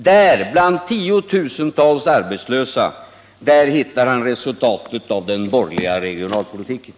Där, bland tiotusentals arbetslösa, hittar herr Åsling resultatet av den borgerliga regionalpolitiken!